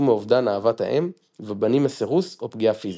מאובדן אהבת האם ובנים מסירוס\פגיעה פיזית.